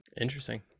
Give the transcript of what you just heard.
Interesting